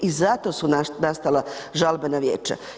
I zato su nastala žalbena vijeća.